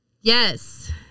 Yes